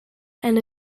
and